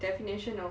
definition of